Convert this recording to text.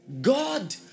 God